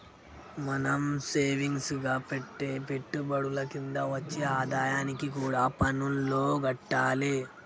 మనం సేవింగ్స్ గా పెట్టే పెట్టుబడుల కింద వచ్చే ఆదాయానికి కూడా పన్నులు గట్టాలే